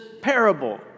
parable